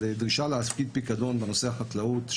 הדרישה להפקיד פיקדון בתחום החקלאות,